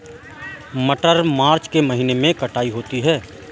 मटर मार्च के महीने कटाई होती है?